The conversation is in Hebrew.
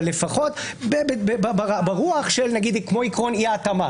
אבל לפחות ברוח כמו עיקרון אי-ההתאמה.